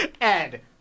Ed